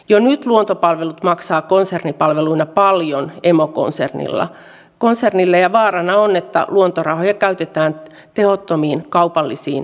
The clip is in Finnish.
jo nyt luontopalvelut maksaa konsernipalveluina paljon emokonsernille ja vaarana on että luontorahoja käytetään tehottomiin kaupallisiin seikkailuihin